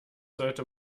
sollte